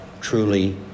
truly